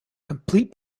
complete